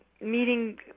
meeting